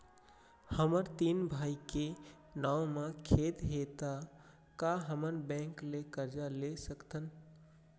हमर तीन भाई के नाव म खेत हे त का हमन बैंक ले करजा ले सकथन?